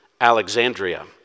Alexandria